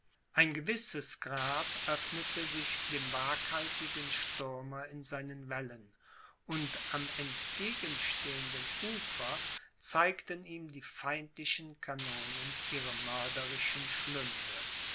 ein gewisses grab öffnete sich dem waghalsigen stürmer in seinen wellen und am entgegenstehenden ufer zeigten ihm die feindlichen kanonen ihre mörderischen schlünde